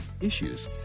issues